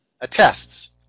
attests